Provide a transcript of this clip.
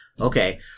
Okay